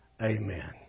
Amen